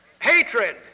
hatred